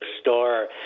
store